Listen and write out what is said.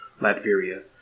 Latveria